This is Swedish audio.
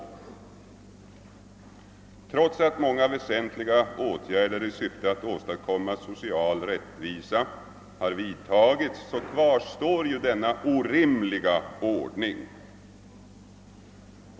Trots att många väsentliga åtgärder i syfte att åstadkomma social rättvisa vidtagits, kvarstår denna orimliga ordning.